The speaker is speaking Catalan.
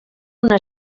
una